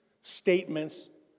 statements